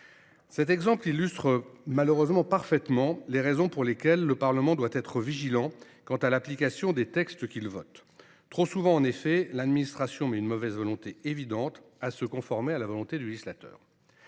cet exemple illustre parfaitement les raisons pour lesquelles le Parlement doit être vigilant quant à l’application des textes qu’il vote : trop souvent, l’administration témoigne d’une mauvaise volonté évidente à se conformer à la volonté du législateur.